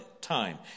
time